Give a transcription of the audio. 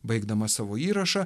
baigdamas savo įrašą